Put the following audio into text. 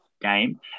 game